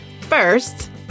First